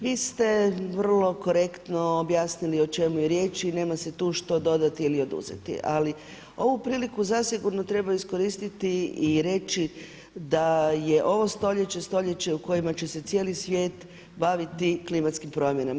Vi ste vrlo korektno objasnili o čemu je riječ i nema se tu što dodati ili oduzeti, ali ovu priliku zasigurno treba iskoristiti i reći da je ovo stoljeće, stoljeće u kojima će se cijeli svijet baviti klimatskim promjenama.